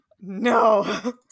no